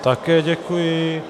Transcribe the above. Také děkuji.